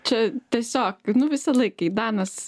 čia tiesiog nu visąlaik kai danas